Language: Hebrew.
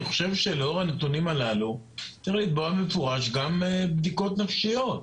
ואני חושב שלאור הנתונים הללו צריך באופן מפורש גם בדיקות נפשיות.